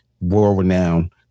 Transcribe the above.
world-renowned